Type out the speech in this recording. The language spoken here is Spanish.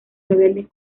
rebeldes